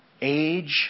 age